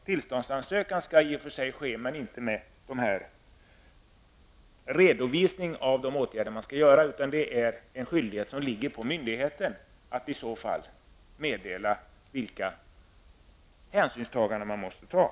Tillståndsansökan skall i och för sig fortfarande lämnas in, men den skall inte innehålla en redovisning av de åtgärder som skall vidtas. Det är en skyldighet som åligger myndigheten att i så fall meddela vilka hänsyn som måste tas.